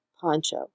poncho